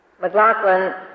McLaughlin